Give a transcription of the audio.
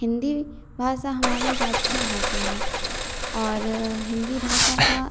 हिंदी भाषा हमारी राज्य भाषा है और हिंदी भाषा का